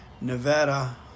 Nevada